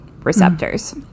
receptors